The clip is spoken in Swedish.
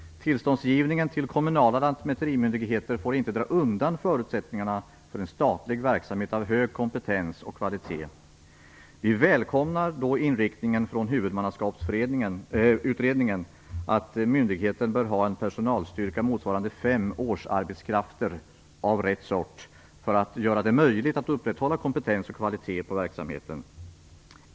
Tillståndsgivningen till kommunala lantmäterimyndigheter får inte dra undan förutsättningarna för en statlig verksamhet av hög kompetens och kvalitet. Vi välkomnar inriktningen från Huvudmannaskapsutredningen, att myndigheten bör ha en personalstyrka motsvarande fem årsarbetskrafter av rätt sort för att göra det möjligt att upprätthålla kompetens och kvalitet på verksamheten.